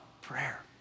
prayer